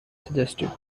suggested